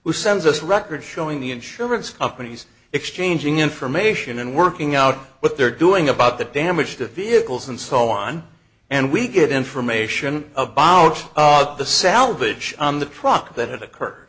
who sends us records showing the insurance companies exchanging information and working out what they're doing about the damage to vehicles and so on and we get information about the salvage on the truck that had